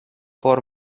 por